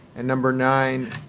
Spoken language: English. and number nine,